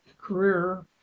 career